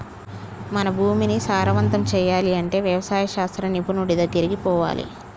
మన భూమిని సారవంతం చేయాలి అంటే వ్యవసాయ శాస్త్ర నిపుణుడి దెగ్గరికి పోవాలి